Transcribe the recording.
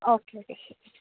okay okay ശരി